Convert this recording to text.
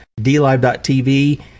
DLive.tv